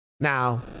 Now